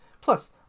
Plus